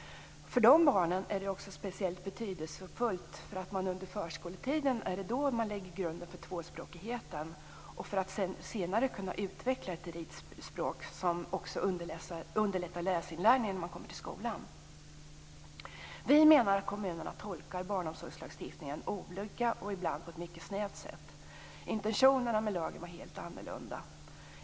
För dessa barn är detta speciellt betydelsefullt. Det är nämligen under förskoletiden som man lägger grunden för tvåspråkigheten och grunden för att senare kunna utveckla ett rikt språk som också underlättar läsinlärningen när man kommer till skolan. Vi i Vänsterpartiet menar att kommunerna tolkar barnomsorgslagstiftningen olika och ibland på ett mycket snävt sätt. Intentionerna med lagen var helt annorlunda.